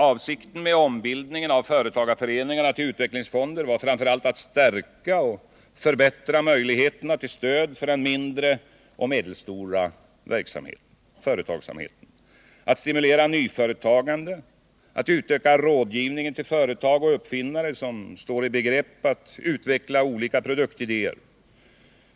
Avsikten med ombildningen av företagarföreningarna till utvecklingsfonder var framför allt att stärka och förbättra möjligheterna till stöd för den mindre och medelstora företagsamheten, ätt stimulera nyföretagande och utöka rådgivningen till företag och uppfinnare som står i begrepp att utveckla olika produktidéer.